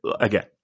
again